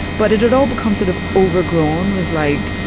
but it had all become sort of overgrown with like,